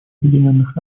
объединенных